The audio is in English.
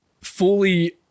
fully